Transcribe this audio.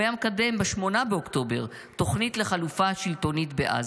הוא היה מקדם ב-8 באוקטובר תוכנית לחלופה שלטונית בעזה.